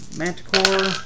manticore